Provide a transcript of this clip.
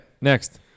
Next